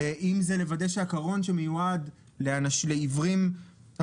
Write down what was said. אם זה לוודא שהקרון שמיועד לעיוורים לא